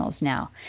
now